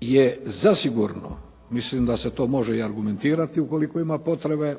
je zasigurno, mislim da se to može i argumentirati ukoliko ima potrebe,